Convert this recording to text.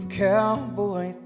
cowboy